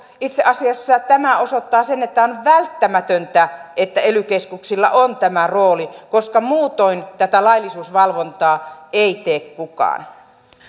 itse asiassa tämä osoittaa sen että on välttämätöntä että ely keskuksilla on tämä rooli koska muutoin tätä laillisuusvalvontaa ei tee kukaan